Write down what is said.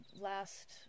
last